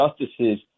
justices